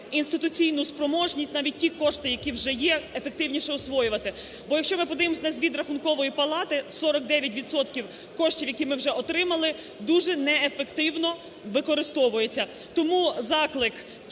інституційну спроможність, навіть ті кошти, які вже є, ефективніше освоювати. Бо якщо ми подивимося на звіт Рахункової палати, 49 відсотків коштів, які ми вже отримали, дуже неефективно використовуються. Тому заклик: